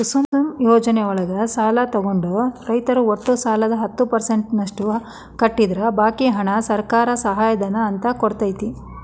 ಕುಸುಮ್ ಯೋಜನೆಯೊಳಗ ಸಾಲ ತೊಗೊಂಡ ರೈತರು ಒಟ್ಟು ಸಾಲದ ಹತ್ತ ಪರ್ಸೆಂಟನಷ್ಟ ಕಟ್ಟಿದ್ರ ಬಾಕಿ ಹಣಾನ ಸರ್ಕಾರ ಸಹಾಯಧನ ಅಂತ ಕೊಡ್ತೇತಿ